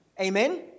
Amen